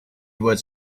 was